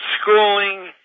Schooling